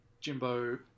Jimbo